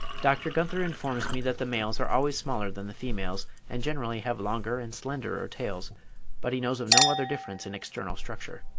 dr. gunther informs me that the males are always smaller than the females, and generally have longer and slenderer tails but he knows of no other difference in external structure.